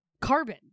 carbon